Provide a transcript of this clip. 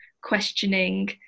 questioning